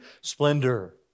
splendor